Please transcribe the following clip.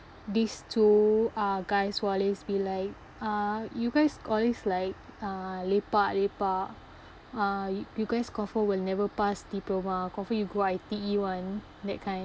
these two uh guys who always be like uh you guys always like uh lepak lepak uh you guys confirm will never pass diploma confirm you go I_T_E [one] that kind